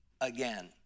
again